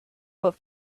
but